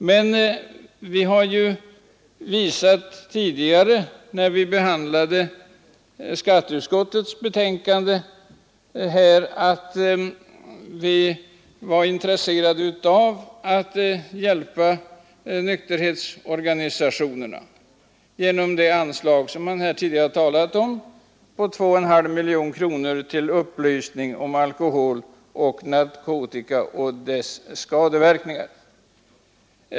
Men vi har ju visat tidigare, när vi behandlade skatteutskottets betänkande, att vi var intresserade av att hjälpa nykterhetsorganisationerna genom det anslag som man här tidigare har talat om på 2,5 miljoner kronor till upplysning om alkohol och narkotika och deras skadeverkningar.